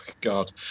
god